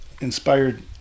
inspired